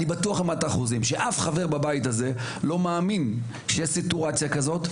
אני בטוח במאת האחוזים שאף חבר בבית הזה לא מאמין שיש סיטואציה כזאת,